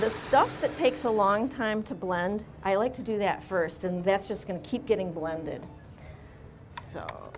a stuff that takes a long time to blend i like to do that first and that's just going to keep getting blended so